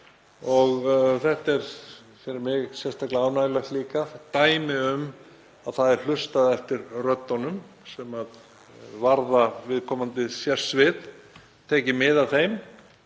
Þetta er fyrir mig sérstaklega ánægjulegt líka, dæmi um að það er hlustað eftir röddunum sem varða viðkomandi sérsvið, tekið mið af þeim,